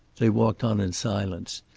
they walked on in silence.